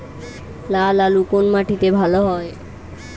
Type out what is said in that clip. লাল আলু কোন মাটিতে ভালো হয়?